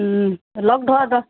ও লগ ধৰ তই